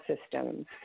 systems